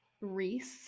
reese